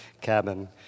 Cabin